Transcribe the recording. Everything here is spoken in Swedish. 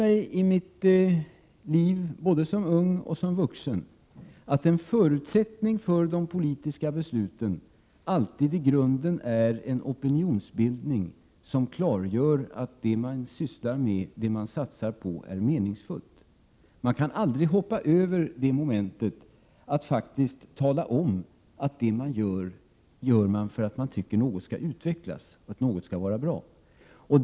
Men jag har under mitt liv, både som ung och som vuxen, lärt mig att en förutsättning för de politiska besluten i grunden alltid är en opinionsbildning som klargör att det man sysslar med, det man satsar på, är meningsfullt. Man kan aldrig hoppa över det moment som innebär att faktiskt tala om att man handlar på det sätt man gör för att man tycker att något skall utvecklas, att något skall bli bättre.